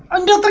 and